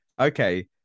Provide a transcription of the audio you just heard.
okay